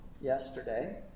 yesterday